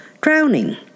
drowning